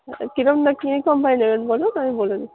কীরম তা কী কোম্পানির নেবেন বলুন তাহলে আমি বলে দিচ্ছি